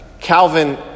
Calvin